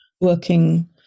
working